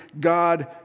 God